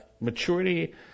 maturity